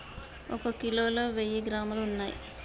ఒక కిలోలో వెయ్యి గ్రాములు ఉన్నయ్